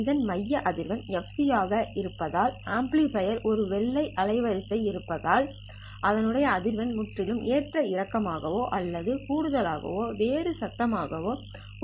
இதன் மைய அதிர்வெண் fc ஆக இருப்பதால் ஆம்பிளிபையர் ஒரு வெள்ளை அலைவரிசை இருப்பதால் அதனுடைய அதிர்வெண் முற்றிலும் ஏற்ற இறக்கமாக வோ அல்லது கூடுதலாக வேறு சத்தம் ஆகவோ உள்ளது